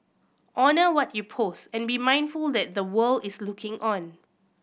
honour what you post and be mindful that the world is looking on